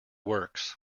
works